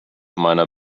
meiner